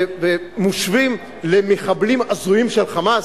ומושווים למחבלים הזויים של "חמאס"?